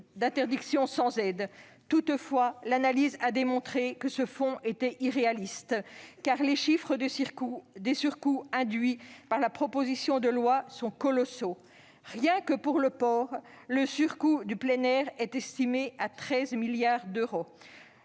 d'interdiction sans aide. Toutefois, l'analyse a démontré que la création de ce fonds était irréaliste, car les chiffres des surcoûts induits par la proposition de loi sont colossaux : rien que pour le porc, le surcoût du plein air est estimé à 13 milliards d'euros.